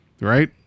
Right